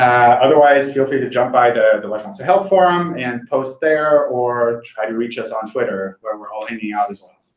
otherwise, feel free to jump by the the webmaster help forum and post there, or try to reach us on twitter, where we're all hanging out as well.